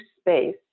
space